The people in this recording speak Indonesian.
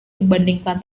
dibandingkan